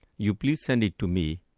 you please send it to me,